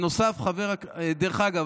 דרך אגב,